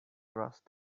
crossed